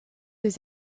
des